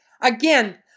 again